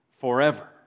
forever